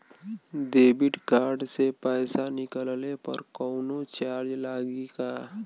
Debit card से पैसा निकलले पर कौनो चार्ज लागि का?